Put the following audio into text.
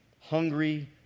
hungry